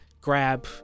grab